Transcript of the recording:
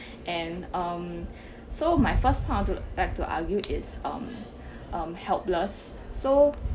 and um so my first point I'd like to argue is um um helpless so